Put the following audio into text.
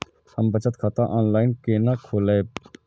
हम बचत खाता ऑनलाइन केना खोलैब?